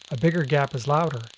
a bigger gap is louder,